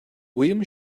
william